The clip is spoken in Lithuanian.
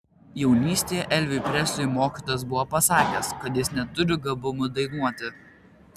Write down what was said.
jaunystėje elviui presliui mokytojas buvo pasakęs kad jis neturi gabumų dainuoti